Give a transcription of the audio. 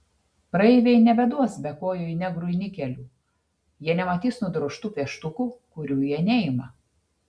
praeiviai nebeduos bekojui negrui nikelių jie nematys nudrožtų pieštukų kurių jie neima